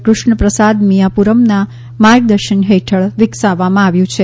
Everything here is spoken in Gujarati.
કૃષ્ણપ્રસાદ મિયાપુરમના માર્ગદર્શન હેઠળ વિકસાવવામાં આવ્યું છે